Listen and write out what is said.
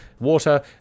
water